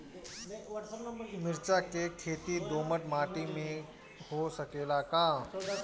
मिर्चा के खेती दोमट माटी में हो सकेला का?